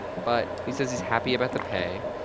but he says he's happy about the pay.